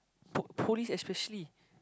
po~ police especially